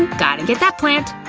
gotta get that plant.